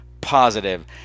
positive